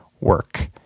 work